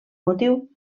motiu